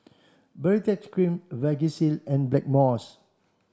Baritex cream Vagisil and Blackmores